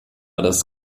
das